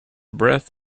breath